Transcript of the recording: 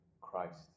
Christ